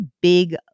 big